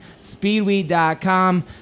speedweed.com